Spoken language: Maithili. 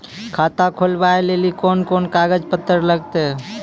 खाता खोलबाबय लेली कोंन कोंन कागज पत्तर लगतै?